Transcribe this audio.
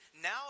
now